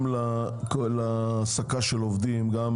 גם להעסקה של עובדים, גם